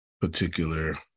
particular